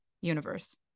universe